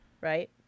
right